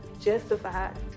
justified